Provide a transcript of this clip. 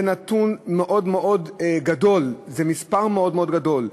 זה נתון מאוד מאוד גדול, זה מספר מאוד מאוד גדול.